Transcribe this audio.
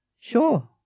Sure